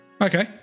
Okay